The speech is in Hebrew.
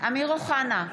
אמיר אוחנה,